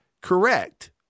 correct